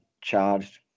charged